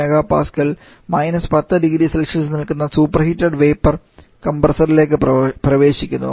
14MPa −10 0C ൽ നിൽക്കുന്ന superheated vapour കംപ്രസ്സറിലേക്ക് പ്രവേശിക്കുന്നു